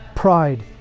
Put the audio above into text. pride